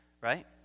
right